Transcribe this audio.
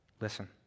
Listen